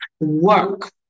work